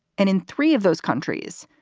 and in three of those countries,